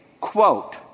quote